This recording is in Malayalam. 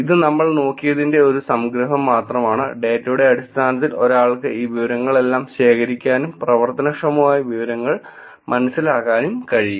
ഇത് നമ്മൾ നോക്കിയതിന്റെ ഒരു സംഗ്രഹം മാത്രമാണ് ഡാറ്റയുടെ അടിസ്ഥാനത്തിൽ ഒരാൾക്ക് ഈ വിവരങ്ങളെല്ലാം ശേഖരിക്കാനും പ്രവർത്തനക്ഷമമായ വിവരങ്ങൾ മനസ്സിലാക്കാനും കഴിയും